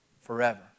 forever